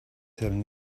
having